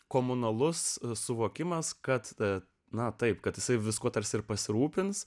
komunalus suvokimas kad na taip kad jisai viskuo tarsi ir pasirūpins